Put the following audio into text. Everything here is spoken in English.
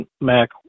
Mac